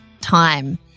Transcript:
time